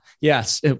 yes